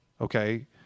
okay